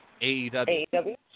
AEW